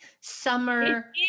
summer